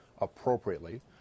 appropriately